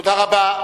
תודה רבה.